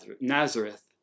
Nazareth